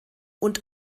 und